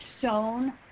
shown